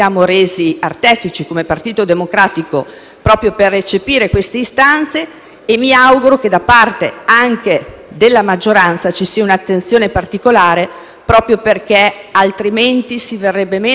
e mi auguro che anche da parte della maggioranza ci sia un'attenzione particolare, perché altrimenti si verrebbe meno al concetto costituzionale di equa rappresentanza, che verrebbe ferito